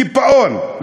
קיפאון,